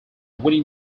winning